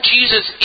Jesus